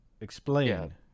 Explain